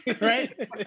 Right